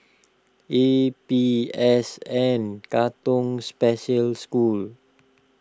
A P S N Katong Special School